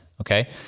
okay